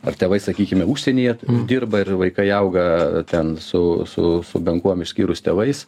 ar tėvai sakykime užsienyje dirba ir vaikai auga ten su su su bent kuom išskyrus tėvais